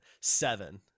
Seven